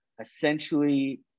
essentially